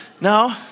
no